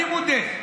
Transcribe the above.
אני מודה.